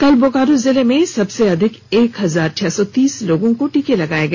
कल बोकारो जिले में सबसे अधिक एक हजार छह सौ तीस लोगों को टीका लगाया गया